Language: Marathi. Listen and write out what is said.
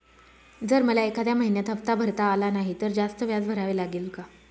जर मला एखाद्या महिन्यात हफ्ता भरता आला नाही तर जास्त व्याज भरावे लागेल का?